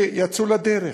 יצאו לדרך,